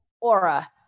aura